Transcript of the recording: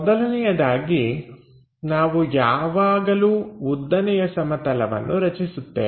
ಮೊದಲನೆಯದಾಗಿ ನಾವು ಯಾವಾಗಲು ಉದ್ದನೆಯ ಸಮತಲವನ್ನು ರಚಿಸುತ್ತೇವೆ